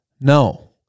No